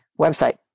website